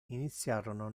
iniziarono